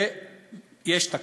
ויש תקציב.